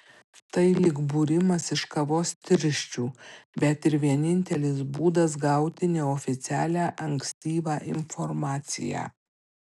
tai lyg būrimas iš kavos tirščių bet ir vienintelis būdas gauti neoficialią ankstyvą informaciją